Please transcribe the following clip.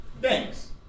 Thanks